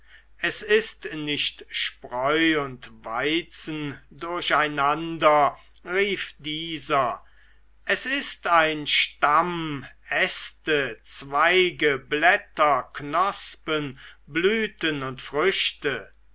es ist nicht spreu und weizen durcheinander rief dieser es ist ein stamm äste zweige blätter knospen blüten und früchte